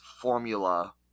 formula